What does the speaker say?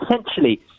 Essentially